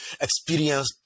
experience